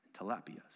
tilapia's